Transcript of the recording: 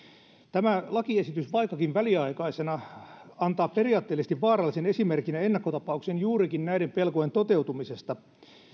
tämä lakiesitys vaikkakin väliaikaisena antaa periaatteellisesti vaarallisen esimerkin ja ennakkotapauksen juurikin näiden pelkojen toteutumisesta